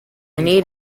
need